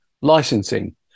licensing